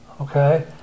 okay